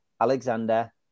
Alexander